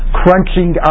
crunching